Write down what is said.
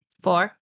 Four